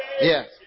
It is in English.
Yes